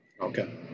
Okay